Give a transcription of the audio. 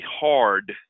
hard